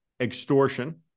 extortion